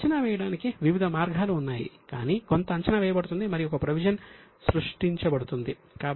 కాబట్టి అంచనా వేయడానికి వివిధ మార్గాలు ఉన్నాయి కాని కొంత అంచనా వేయబడుతుంది మరియు ఒక ప్రొవిజన్ సృష్టించబడుతుంది